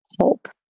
hope